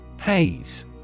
Haze